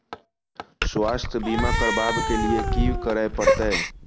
स्वास्थ्य बीमा करबाब के लीये की करै परतै?